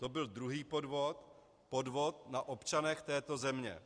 To byl druhý podvod, podvod na občanech této země.